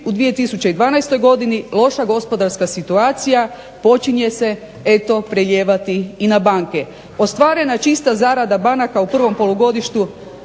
u 2012. godini loša gospodarska situacija počinje se eto prelijevati i na banke. Ostvarena čista zarada banaka u prvom polugodištu